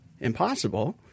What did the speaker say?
impossible